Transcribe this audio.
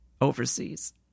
overseas